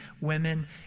women